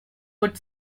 would